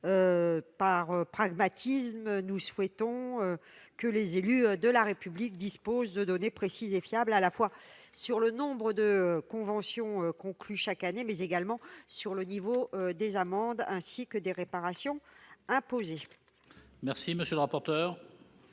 Par pragmatisme, nous souhaitons que les élus de la République disposent de données précises et fiables sur le nombre de conventions conclues chaque année, mais également sur le niveau des amendes et des réparations imposées. Quel est l'avis de